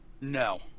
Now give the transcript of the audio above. No